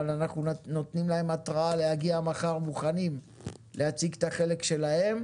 אבל אנחנו נותנים להם התראה להגיע מחר מוכנים ולהציג את החלק שלהם.